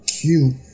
cute